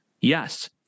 yes